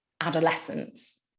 adolescence